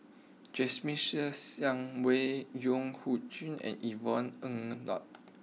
Jasmine Ser Xiang Wei and Yvonne Ng